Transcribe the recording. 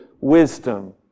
wisdom